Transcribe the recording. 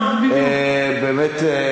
מאוד, בדיוק.